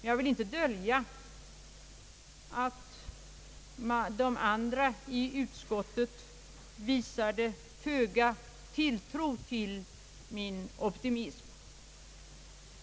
Jag vill inte dölja att andra ledamöter i utskottet visade föga tilltro till min optimism.